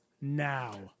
now